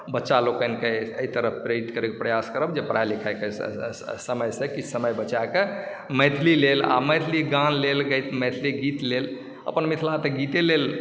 बच्चा लोकनिके एहि तरफ प्रेरित करयके प्रयास करब जे पढाई लिखाईके समयसँ किछु समय बचा कऽ मैथली लेल आ मैथिली गान लेल मैथिली गीत लेल अपना मिथिला तऽ गीते लेल